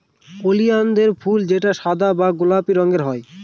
ওলিয়ানদের ফুল যেটা সাদা বা গোলাপি রঙের হয়